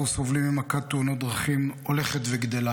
סובלים ממכת תאונות דרכים הולכת וגדלה.